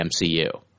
MCU